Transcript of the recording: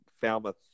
Falmouth